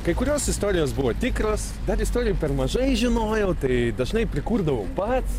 kai kurios istorijos buvo tikros dar istorijų per mažai žinojau tai dažnai prikurdavau pats